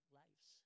lives